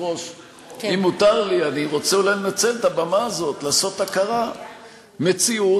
אני רוצה אולי לנצל את הבמה הזאת לעשות היכרות: מציאות,